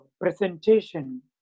presentation